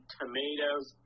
tomatoes